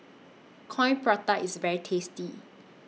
Coin Prata IS very tasty